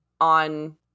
on